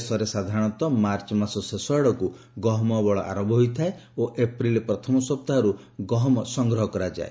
ଦେଶରେ ସାଧାରଣତଃ ମାର୍ଚ୍ଚ ମାସ ଶେଷ ଆଡ଼କୁ ଗହମ ଅମଳ ଆରମ୍ଭ ହୋଇଥାଏ ଓ ଏପ୍ରିଲ୍ ପ୍ରଥମ ସପ୍ତାହର୍ ଗହମ ସଂଗ୍ରହ ଆରମ୍ଭ କରାଯାଇଥାଏ